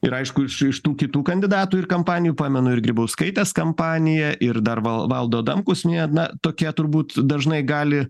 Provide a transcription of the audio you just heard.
ir aišku iš iš tų kitų kandidatų ir kampanijų pamenu ir grybauskaitės kampaniją ir dar val valdo adamkus nė na tokia turbūt dažnai gali